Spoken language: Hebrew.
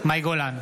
מאי גולן,